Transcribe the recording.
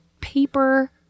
paper